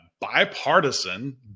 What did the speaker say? bipartisan